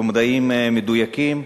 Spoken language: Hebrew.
המדעים המדויקים